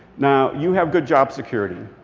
now, you have good job security.